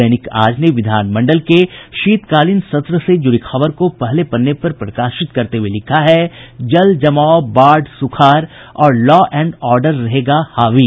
दैनिक आज ने विधानमंडल के शीतकालीन सत्र से जुड़ी खबर को पहले पन्ने पर प्रकाशित करते हुये लिखा है जल जमाव बाढ़ सुखाड़ और लॉ एंड ऑडर रहेगा हावी